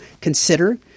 consider